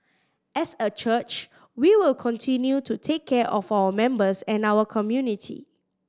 as a church we will continue to take care of our members and our community